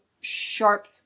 sharp